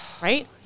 Right